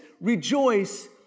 rejoice